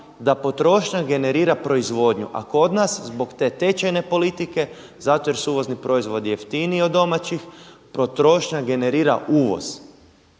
da potrošnja generira proizvodnju, a kod nas zbog te tečajne politike zato je su uvozni proizvodi jeftiniji od domaćih, potrošnja generira uvoz.